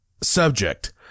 subject